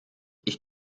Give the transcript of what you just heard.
ich